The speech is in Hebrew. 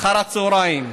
אחר הצוהריים,